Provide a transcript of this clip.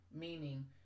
Meaning